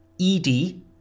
ED